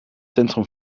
centrum